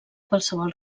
qualsevol